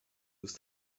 ist